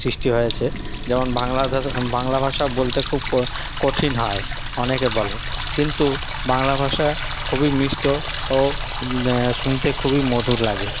সৃষ্টি হয়েছে যেমন বাংলা বাংলা ভাষা বলতে খুব কঠিন হয় অনেকে বলে কিন্তু বাংলা ভাষা খুবই মিষ্ট ও শুনতে খুবই মধুর লাগে